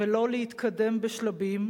ולא להתקדם בשלבים,